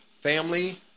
family